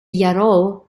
yarrow